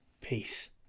peace